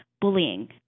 bullying